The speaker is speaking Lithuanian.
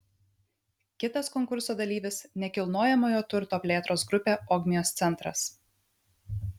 kitas konkurso dalyvis nekilnojamojo turto plėtros grupė ogmios centras